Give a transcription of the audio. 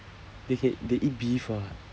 they can they eat beef [what]